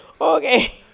okay